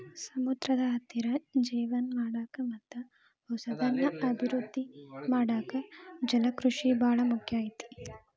ಸಮುದ್ರದ ಹತ್ತಿರ ಜೇವನ ಮಾಡಾಕ ಮತ್ತ್ ಹೊಸದನ್ನ ಅಭಿವೃದ್ದಿ ಮಾಡಾಕ ಜಲಕೃಷಿ ಬಾಳ ಮುಖ್ಯ ಐತಿ